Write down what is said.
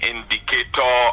Indicator